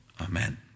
Amen